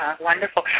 Wonderful